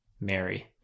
Mary